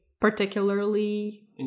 particularly